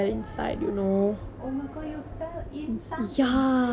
were all your friends there did you get hurt